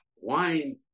wine